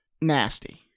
nasty